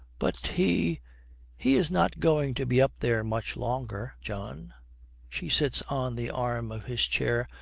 but he he is not going to be up there much longer, john she sits on the arm of his chair,